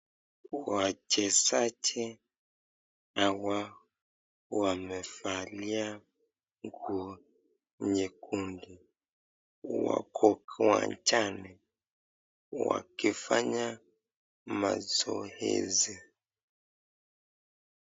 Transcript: Wachezaji hawa wamevalia nguo nyekundu. Wako kiwanjani wakifanya mazoezi.